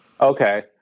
Okay